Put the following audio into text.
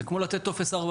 כי זה קצת נשחק העניין